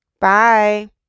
bye